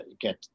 get